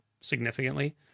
significantly